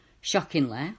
Shockingly